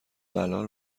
بلال